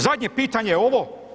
Zadnje pitanje je ovo.